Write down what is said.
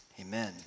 amen